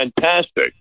fantastic